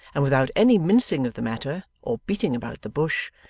and without any mincing of the matter or beating about the bush,